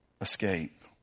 escape